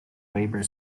labour